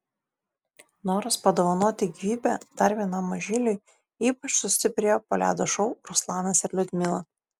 noras padovanoti gyvybę dar vienam mažyliui ypač sustiprėjo po ledo šou ruslanas ir liudmila